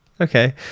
Okay